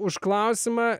už klausimą